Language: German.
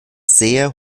sehr